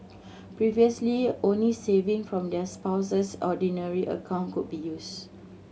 previously only saving from their Spouse's Ordinary account could be used